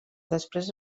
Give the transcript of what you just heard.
després